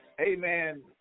amen